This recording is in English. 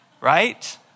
right